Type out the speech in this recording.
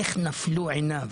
איך נפלו עיניו,